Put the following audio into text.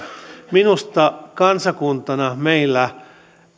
minusta kansakuntana meillä